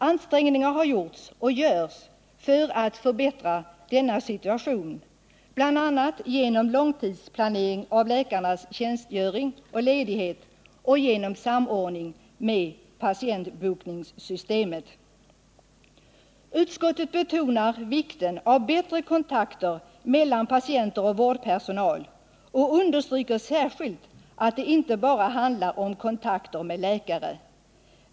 Ansträngningar har gjorts och görs för att förbättra denna situation, bl.a. genom långtidsplanering av läkarnas tjänstgöring och ledighet och genom samordning med patientbokningssystemet. Utskottet betonar vikten av bättre kontakter mellan patienter och vårdpersonal och understryker särskilt att det inte bara handlar om kontakter med läkare.